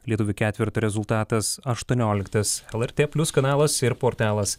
lietuvių ketverto rezultatas aštuonioliktas lrt plius kanalas ir portalas